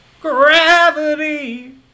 Gravity